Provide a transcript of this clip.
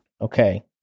Okay